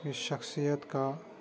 جس شخصیت کا